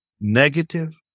negative